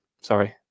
sorry